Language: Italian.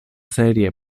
serie